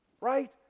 Right